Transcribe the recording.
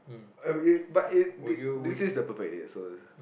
oh it but it did they say is the perfect date so